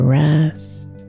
rest